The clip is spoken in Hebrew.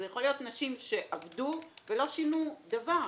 זה יכול להיות נשים שעבדו ולא שינו דבר,